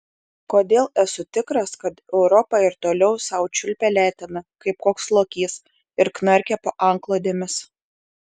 kodėl esu tikras kad europa ir toliau sau čiulpia leteną kaip koks lokys ir knarkia po antklodėmis